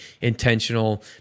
intentional